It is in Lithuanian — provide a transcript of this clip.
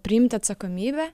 priimti atsakomybę